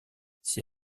s’y